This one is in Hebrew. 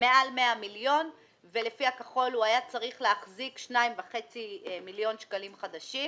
מעל 100 מיליון ולפי הכחול הוא היה צריך להחזיק 2.5 מיליון שקלים חדשים,